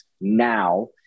now